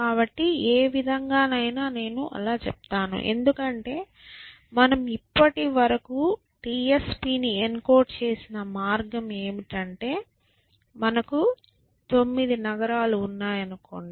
కాబట్టి ఏ విధంగానైనా నేను అలా చెప్తాను ఎందుకంటే మనం ఇప్పటివరకు TSP ని ఎన్కోడ్ చేసిన మార్గం ఏమిటంటే మనకు 9 నగరాలు ఉన్నాయని అనుకోండి